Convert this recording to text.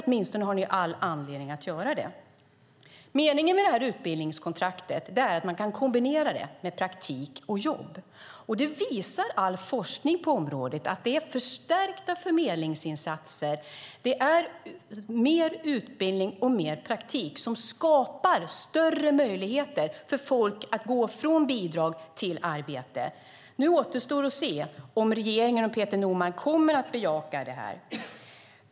Åtminstone har ni all anledning att göra det. Meningen med utbildningskontraktet är att man kan kombinera praktik och jobb. All forskning på området visar att det är förstärkta förmedlingsinsatser, mer utbildning och mer praktik som skapar större möjligheter för folk att gå från bidrag till arbete. Nu återstår det att se om regeringen och Peter Norman kommer att bejaka det här.